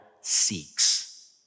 seeks